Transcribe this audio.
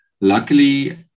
Luckily